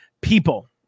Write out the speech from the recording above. people